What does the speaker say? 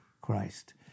Christ